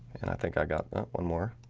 and i think i got that one more